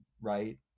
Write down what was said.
Right